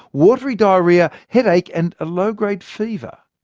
watery diarrhea, headache and a low-grade fever.